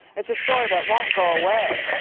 it's a story that won't go away.